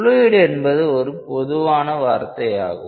fluid என்பது ஒரு பொதுவான வார்த்தையாகும்